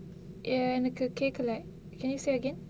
எனக்கு கேக்கல:enakku kekkala can you say again